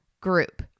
group